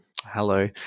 Hello